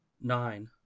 Nine